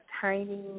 tiny